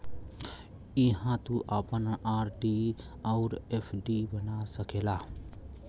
इहाँ तू आपन आर.डी अउर एफ.डी बना सकेला